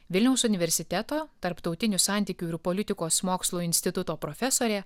vilniaus universiteto tarptautinių santykių ir politikos mokslų instituto profesorė